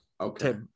Okay